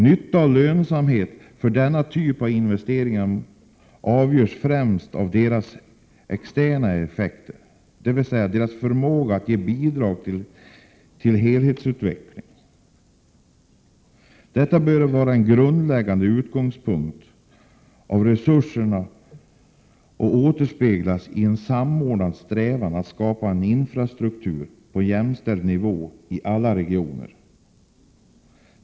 Nytta och lönsamhet vid denna typ av investeringar avgörs främst av investeringarnas externa effekter, dvs. deras förmåga att ge bidrag till helhetsutvecklingen. Detta bör vara en grundläggande utgångspunkt när det gäller resurser och återspeglas i en samordnad strävan att skapa en infrastruktur på jämställd nivå i alla regioner.